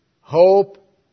hope